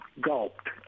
gulped